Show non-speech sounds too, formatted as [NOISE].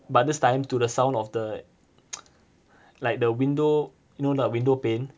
but this time to the sound of the [NOISE] like the window know the window pane